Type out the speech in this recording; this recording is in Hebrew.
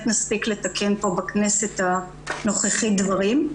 נספיק לתקן פה בכנסת הנוכחית דברים.